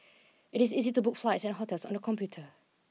it is easy to book flights and hotels on the computer